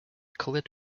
coloured